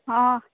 हॅं